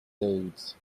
deeds